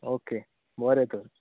okay बरें तर